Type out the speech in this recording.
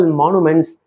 monuments